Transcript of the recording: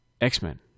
X-Men